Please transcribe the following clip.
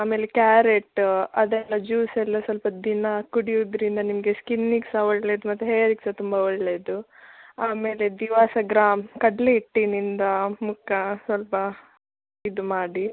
ಆಮೇಲೆ ಕ್ಯಾರೆಟ ಅದೆಲ್ಲ ಜ್ಯೂಸ್ ಎಲ್ಲ ಸ್ವಲ್ಪ ದಿನ ಕುಡಿಯುವುದರಿಂದ ನಿಮಗೆ ಸ್ಕಿನ್ನಿಗೆ ಸಹ ಒಳ್ಳೇದು ಮತ್ತು ಹೇರಿಗೆ ಸಹ ತುಂಬ ಒಳ್ಳೆಯದು ಆಮೇಲೆ ದಿವಸ ಗ್ರಾಂ ಕಡಲೆಹಿಟ್ಟಿನಿಂದ ಮುಖ ಸ್ವಲ್ಪ ಇದು ಮಾಡಿ